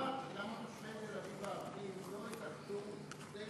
למה תושבי תל-אביב הערבים לא התאחדו כדי